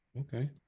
okay